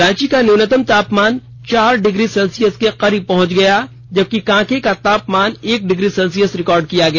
रांची का न्यूनतम तापमान चार डिग्री सेल्सियस के करीब पहंच गया जबकि कांके का तापमान एक डिग्री सेल्सियस रिकार्ड किया गया